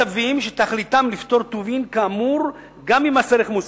צווים שתכליתם לפטור טובין כאמור גם ממס ערך מוסף".